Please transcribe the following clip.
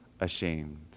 ashamed